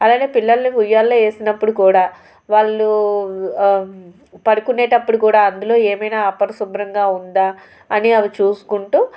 అలానే పిల్లల్ని ఉయ్యాలో వేసినప్పుడు కూడా వాళ్ళు పడుకునేటప్పుడు కూడా అందులో ఏమైనా అపరిశుభ్రంగా ఉందా అని అవి చూసుకుంటూ